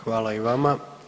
Hvala i vam.